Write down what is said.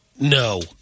No